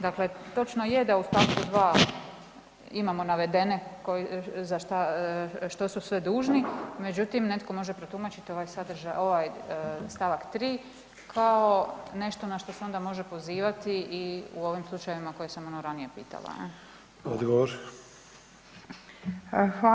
Dakle, točno je da u stavku 2. Imamo navedene što su sve dužni, međutim netko može protumačiti ovaj stavak 3. kao nešto na što se onda može pozivati i u ovim slučajevima koje sam ono ranije pitala.